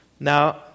Now